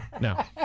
No